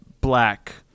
black